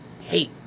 Hate